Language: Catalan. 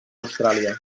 austràlia